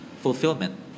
fulfillment